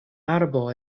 arbo